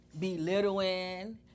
belittling